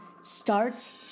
starts